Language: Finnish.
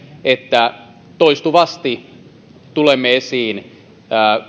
että toistuvasti tulemme esiin